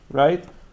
right